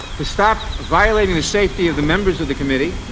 to stop violating the safety of the members of the committee,